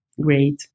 great